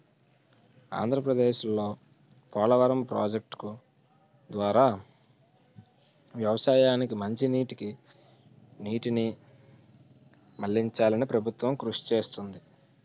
ఆంధ్రప్రదేశ్లో పోలవరం ప్రాజెక్టు ద్వారా వ్యవసాయానికి మంచినీటికి నీటిని మళ్ళించాలని ప్రభుత్వం కృషి చేస్తుంది